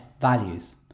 values